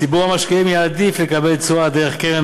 ציבור המשקיעים יעדיף לקבל תשואה דרך קרן